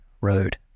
road